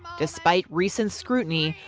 despite recent scrutiny,